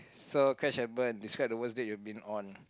so patch and burn describe the worst day you've been on